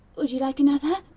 would you like another?